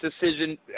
decision